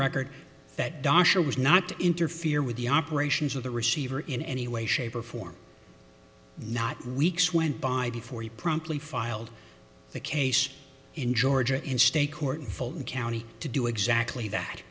record that doctor was not to interfere with the operations of the receiver in any way shape or form not reaks went by before he promptly filed the case in georgia in state court in fulton county to do exactly that